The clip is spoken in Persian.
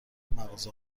مغازه